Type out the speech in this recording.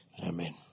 Amen